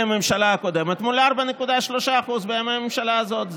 הממשלה הקודמת מול 4.3% בממשלה הזאת.